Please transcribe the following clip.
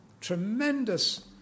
Tremendous